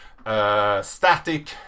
static